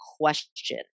question